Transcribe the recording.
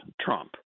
Trump